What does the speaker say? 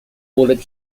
pulled